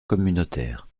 communautaire